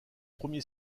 premier